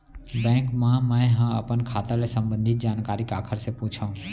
Bank मा मैं ह अपन खाता ले संबंधित जानकारी काखर से पूछव?